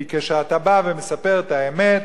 כי כשאתה בא ומספר את האמת,